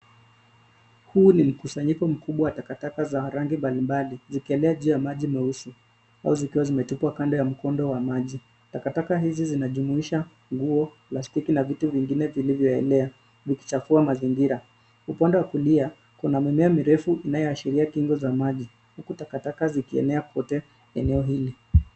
Huu ni mkusanyiko mkubwa wa takataka za rangi mbalimbali zikielea juu ya maji meusi au zikiwa zimetupwa kando ya mkondo wa maji. Takataka hizi zinajumuisha nguo, plastiki na vitu vingine vilivyoekea vikichafua mazingira. Upande wa kulia, kuna mimea mirefu inayoashiria kingo za maji huku takataka zikienea kote eneo hili.